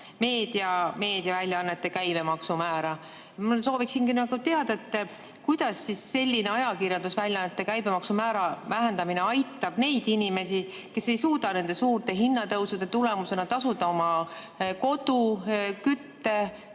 meediaväljaannete käibemaksu määra. Ma sooviksingi teada, kuidas ajakirjandusväljaannete käibemaksu määra vähendamine aitab neid inimesi, kes ei suuda nende suurte hinnatõusude tulemusena tasuda oma kodu, kütte